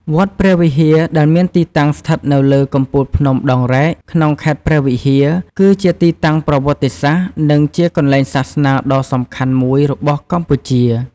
វត្តព្រះវិហារ ដែលមានទីតាំងស្ថិតនៅលើកំពូលភ្នំដងរែក ក្នុងខេត្តព្រះវិហារ គឺជាទីតាំងប្រវត្តិសាស្ត្រ និងជាកន្លែងសាសនាដ៏សំខាន់មួយរបស់កម្ពុជា។